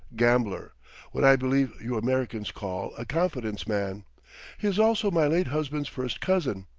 gambler what i believe you americans call a confidence-man. he is also my late husband's first cousin.